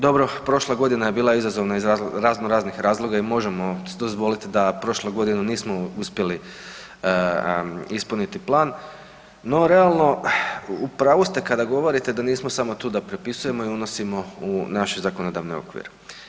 Dobro, prošla godina je bila izazovna iz raznoraznih razloga i možemo dozvoliti da prošlu godinu nismo uspjeli ispuniti plan, no realno u pravu ste kada govorite da nismo samo da prepisujemo i unosimo u naš zakonodavni okvir.